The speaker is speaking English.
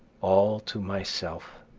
all to myself.